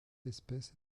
espèce